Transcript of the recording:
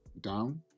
down